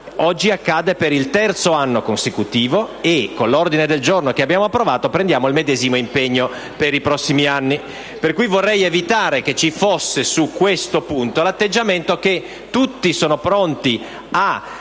Oggi accade per il terzo anno consecutivo, e con l'ordine del giorno approvato prendiamo il medesimo impegno per i prossimi anni. Quindi, vorrei evitare che su questo punto ci fosse l'atteggiamento che tutti sono pronti a